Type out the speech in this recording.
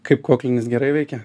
kaip koklinis gerai veikia